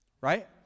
right